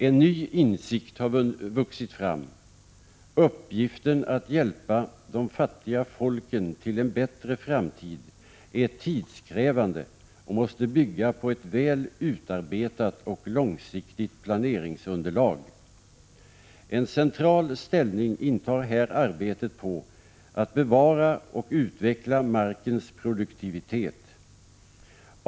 En ny insikt har vuxit fram — uppgiften att hjälpa de fattiga folken till en bättre framtid är tidskrävande och måste bygga på ett väl utarbetat och långsiktigt planeringsunderlag. En central ställning intar här arbetet på att bevara och utveckla markens produktivitet.